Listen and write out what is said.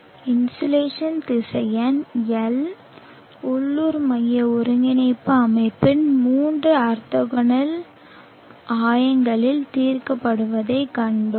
insolation திசையன் L உள்ளூர் மைய ஒருங்கிணைப்பு அமைப்பின் மூன்று ஆர்த்தோகனல் ஆயங்களில் தீர்க்கப்படுவதைக் கண்டோம்